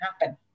happen